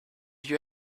you